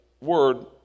word